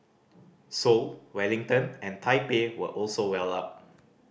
Seoul Wellington and Taipei were also well up